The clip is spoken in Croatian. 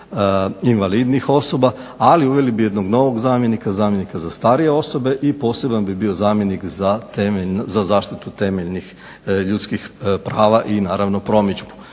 invalidnih osoba, ali uveli bi jednog novog zamjenika, zamjenika za starije osobe i poseban bi bio zamjenik za zaštitu temeljnih ljudskih prava i naravno promidžbu.